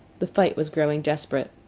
the fight was growing desperate.